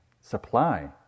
supply